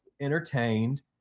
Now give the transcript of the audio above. entertained